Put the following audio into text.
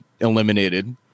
eliminated